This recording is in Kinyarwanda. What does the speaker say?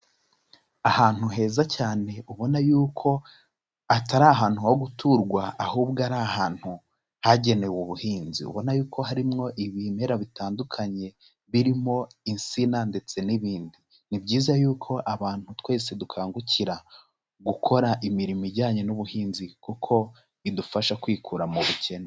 Ahantu heza cyane ubona y'uko atari ahantu ho guturwa ahubwo ari ahantu hagenewe ubuhinzi ubona yuko harimwo ibimera bitandukanye, birimo insina ndetse n'ibindi, ni byiza y'uko abantu twese dukangukira gukora imirimo ijyanye n'ubuhinzi kuko bidufasha kwikura mu bukene.